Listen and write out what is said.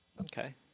Okay